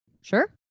Sure